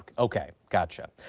okay, gotcha.